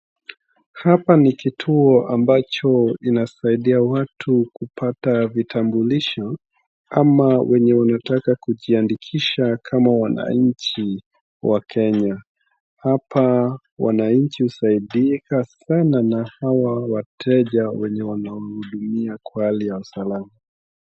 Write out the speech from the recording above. Hapa ni kituo ambacho linasaidia watu kupata vitambulisho ama wenye wanataka kujiandikisha kama wananchi wa kenya hapa wananchi husaidika sana na hawa wateja wenye wanamhudumia kwa hali ya usalama.